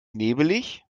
nebelig